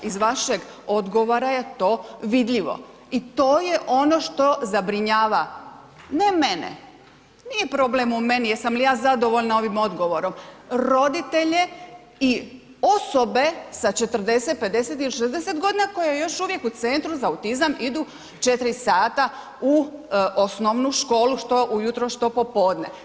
Iz vašeg odgovora je to vidljivo i to je ono što zabrinjava ne mene, nije problem u meni, jesam li ja zadovoljna ovim odgovorom, roditelje i osobe sa 40, 50 ili 60 godina koje još uvijek u centru za autizam idu 4 sata u osnovnu školu što ujutro, što popodne.